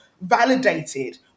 validated